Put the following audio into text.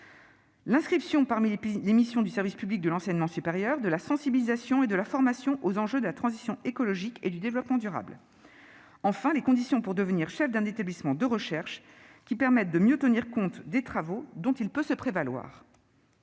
l'inscription, parmi les missions du service public de l'enseignement supérieur, de la sensibilisation et de la formation aux enjeux de la transition écologique et du développement durable, de même que la définition des conditions pour devenir chef d'un établissement de recherche, qui permettent de mieux tenir compte des travaux dont il peut se prévaloir.